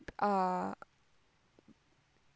err